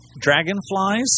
dragonflies